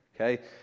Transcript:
Okay